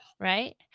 Right